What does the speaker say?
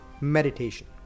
meditation